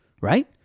Right